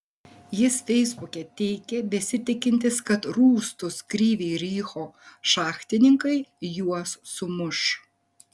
jis feisbuke teigė besitikintis kad rūstūs kryvyj riho šachtininkai juos sumuš